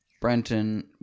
Brenton